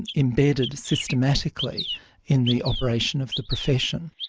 embedded systematically in the operation of the profession.